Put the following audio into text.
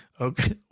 Okay